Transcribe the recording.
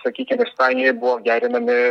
sakykim ispanijoj buvo gerinami